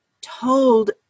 told